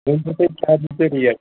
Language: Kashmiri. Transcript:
ریٹ